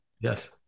Yes